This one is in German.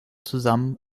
zusammen